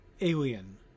alien